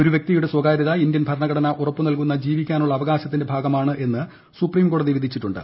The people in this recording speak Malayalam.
ഒരു വൃക്തിയുടെ സ്വകാര്യത ഇന്ത്യൻ ഭരണഘടനാ ഉറപ്പു നൽകുന്ന ജീവിക്കാനുള്ള അവകാശത്തിന്റെ ഭാഗമാണ് എന്ന് സുപ്രീം കോടതി വിധിച്ചിട്ടുണ്ട്